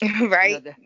right